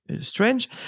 strange